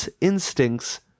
instincts